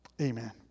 amen